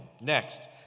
Next